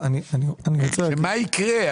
מה יקרה?